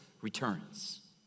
returns